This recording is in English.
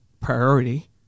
priority